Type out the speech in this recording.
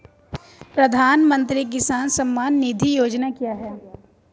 प्रधानमंत्री किसान सम्मान निधि योजना क्या है?